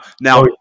now